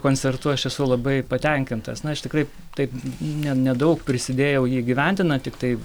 koncertu aš esu labai patenkintas na aš tikrai taip ne nedaug prisidėjau jį įgyvendinant tiktai